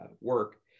work